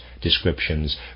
descriptions